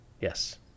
Yes